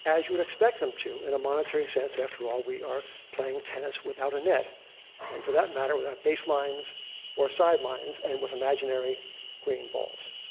you would expect them to, in a monetary sense. after all, we are playing tennis without a net. and for that matter, without baselines or sidelines and with imaginary green balls.